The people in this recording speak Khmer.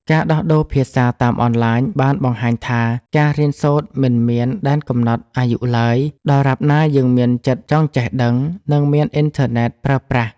ការដោះដូរភាសាតាមអនឡាញបានបង្ហាញថា ការរៀនសូត្រមិនមានដែនកំណត់អាយុឡើយ ដរាបណាយើងមានចិត្តចង់ចេះដឹង និងមានអ៊ីនធឺណិតប្រើប្រាស់។